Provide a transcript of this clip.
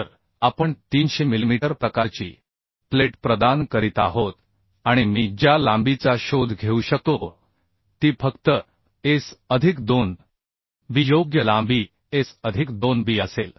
तर आपण 300 मिलिमीटर प्रकारची प्लेट प्रदान करीत आहोत आणि मी ज्या लांबीचा शोध घेऊ शकतो ती फक्त एस अधिक 2 बी योग्य लांबी एस अधिक 2 बी असेल